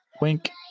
Wink